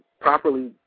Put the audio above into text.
properly